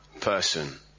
person